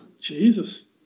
Jesus